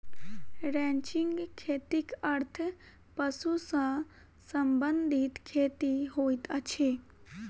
ranching खेतीक अर्थ पशु सॅ संबंधित खेती होइत अछि